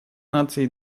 наций